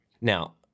Now